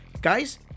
Guys